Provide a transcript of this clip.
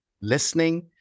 listening